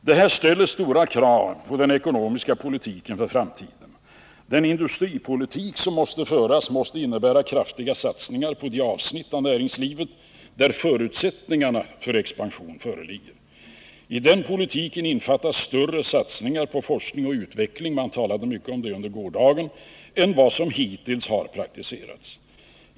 Detta ställer stora krav på den ekonomiska politiken för framtiden. Den industripolitik som måste föras innebär kraftiga satsningar på de avsnitt av näringslivet där förutsättningarna för expansion föreligger. I den politiken innefattas större satsningar på forskning och utveckling — man talade mycket om det under gårdagen — än vad som hittills har praktiserats.